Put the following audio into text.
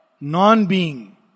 Non-being